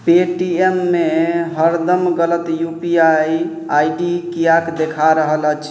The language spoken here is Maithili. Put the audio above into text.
पेटीएममे हरदम गलत U P I I D किएक देखा रहल अछि